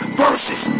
versus